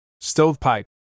stovepipe